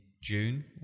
June